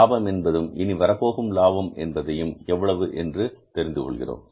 லாபம் என்பதும் இனி வரப்போகும் லாபம் என்பதையும் எவ்வளவு என்று தெரிந்து கொள்கிறோம்